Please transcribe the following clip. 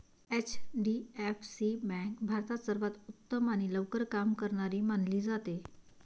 HDFC bank भारतात सर्वांत उत्तम आणि लवकर काम करणारी मानली जाते